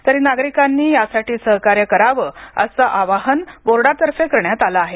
तरी नागरिकांनी सहकार्य कराव असे आवाहन बोर्डातर्फे करण्यात आले आहे